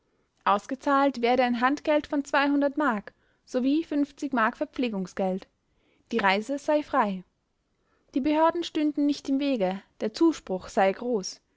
ausgezahlt werde ein handgeld von mark sowie mark verpflegungsgeld die reise sei frei die behörden stünden nicht im wege der zuspruch sei groß